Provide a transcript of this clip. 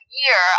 year